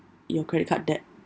your credit card debt